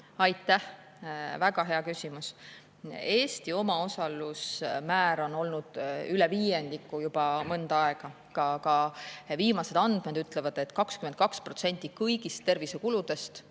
Aitäh, väga hea küsimus! Eesti omaosalusmäär on olnud üle viiendiku juba mõnda aega. Ka viimased andmed ütlevad, et 22% kõigist tervisekuludest